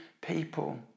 people